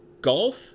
golf